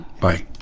Bye